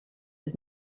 his